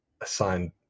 assigned